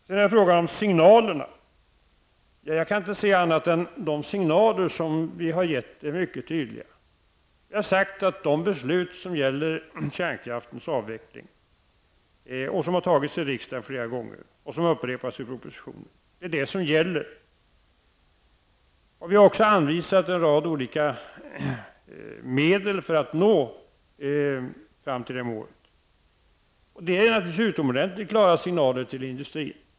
När det sedan gäller signalerna, kan jag inte se annat än att de signaler som vi har gett är mycket tydliga. Vi har sagt att det beslut som gäller kärnkraftsavvecklingen -- som har fattats flera gånger av riksdagen och som har upprepats i propositionen -- är det som gäller. Vi har också anvisat en rad olika medel för att nå fram till det målet. Det är naturligtvis utomordentligt klara signaler till industrin.